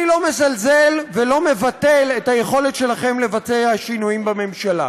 אני לא מזלזל ולא מבטל את היכולת שלכם לבצע שינויים בממשלה,